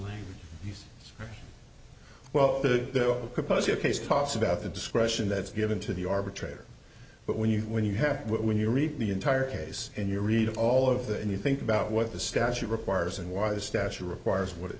composure case talks about the discretion that's given to the arbitrator but when you when you have when you read the entire case and you read all of that and you think about what the statute requires and why the statue requires what it